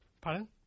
pardon